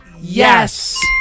Yes